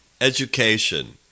education